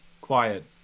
Quiet